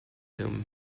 whom